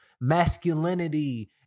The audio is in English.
masculinity